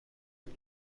این